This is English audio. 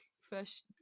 first